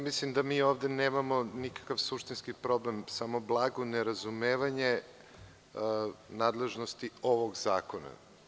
Mislim da mi ovde nemamo nikakav suštinski problem, samo blago nerazumevanje nadležnosti ovog zakona.